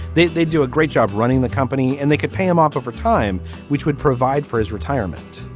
they they do a great job running the company and they could pay him off over time which would provide for his retirement.